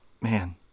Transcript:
Man